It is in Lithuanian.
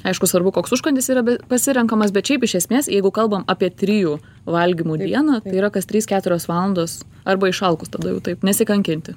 aišku svarbu koks užkandis yra be pasirenkamas bet šiaip iš esmės jeigu kalbam apie trijų valgymų dieną yra kas trys keturios valandos arba išalkus tada jau taip nesikankinti